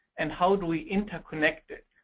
and how do we interconnect it?